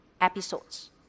episodes